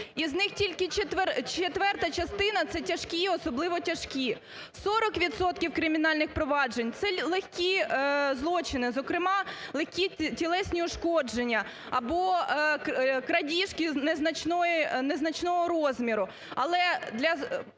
з них тільки четверта частина це тяжкі і особливо тяжкі, 40 відсотків кримінальних проваджень це легкі злочини, зокрема, легкі тілесні ушкодження або крадіжки незначного розміру.